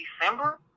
December